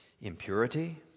impurity